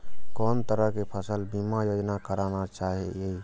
कोन तरह के फसल बीमा योजना कराना चाही?